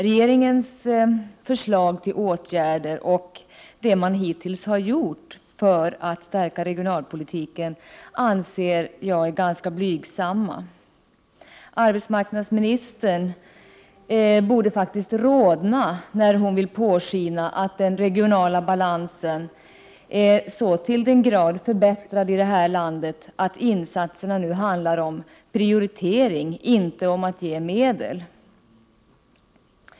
Regeringens förslag till åtgärder och hittills vidtagna åtgärder för att stärka regionalpolitiken anser jag vara ganska blygsamma. Arbetsmarknadsministern borde faktiskt rodna. Hon vill ju påskina att den regionala balansen i Sverige har förbättrats så till den grad att det i fråga om insatserna nu handlar om prioritering, inte om att bevilja medel.